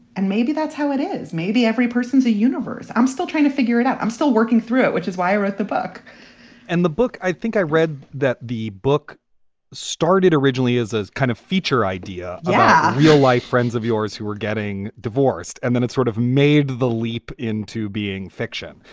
and maybe that's how it is. maybe every person's a universe. i'm trying to figure it out. i'm still working through it, which is why i wrote the book and the book i think i read that the book started originally as a kind of feature idea. yeah. real life friends of yours who were getting divorced. and then it sort of made the leap into being fiction.